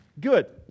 Good